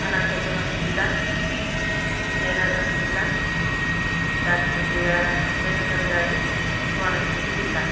అనంతపురం జిల్లా విజయనగరం జిల్లా doctor BR Ambedkar గారి కోనసీమ జిల్లా